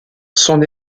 son